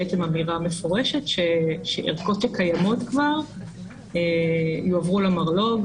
אמירה מפורשת שהערכות הקיימות כבר יועברו למרלו"ג,